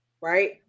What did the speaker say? right